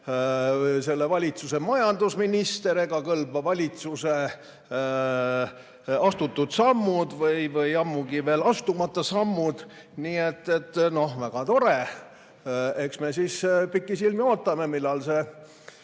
selle valitsuse majandusminister ega valitsuse astutud sammud, ammugi veel astumata sammud. Nii et väga tore. Eks me siis pikisilmi ootame, millal see